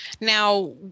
Now